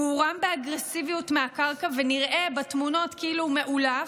הוא הורם באגרסיביות מהקרקע ונראה בתמונות כאילו הוא מעולף.